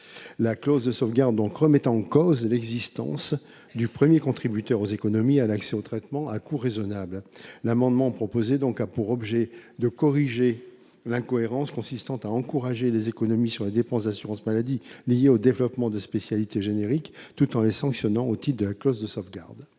La clause de sauvegarde remet donc en cause l’existence même du premier contributeur aux économies et à l’accès aux traitements à un coût raisonnable. L’amendement proposé a pour objet de corriger l’incohérence consistant à encourager les économies sur les dépenses d’assurance maladie liées au développement des spécialités génériques tout en les sanctionnant la clause de sauvegarde.